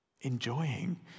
enjoying